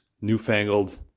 newfangled